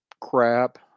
crap